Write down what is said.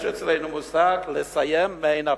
יש אצלנו מושג "לסיים מעין הפתיחה".